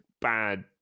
bad